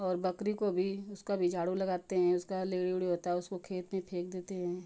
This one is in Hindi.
और बकरी को भी उसका भी झाड़ू लगाते हैं उसका लींड़ी वींड होता है उसको खेत में फेंक देते हैं